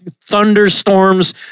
thunderstorms